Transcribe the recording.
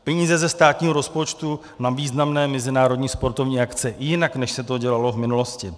Peníze ze státního rozpočtu na významné mezinárodní sportovní akce jinak, než se to dělalo v minulosti.